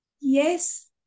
Yes